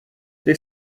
they